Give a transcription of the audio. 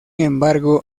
embargo